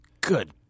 Good